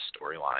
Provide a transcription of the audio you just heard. storyline